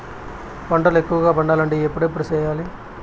పంటల ఎక్కువగా పండాలంటే ఎప్పుడెప్పుడు సేయాలి?